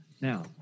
Now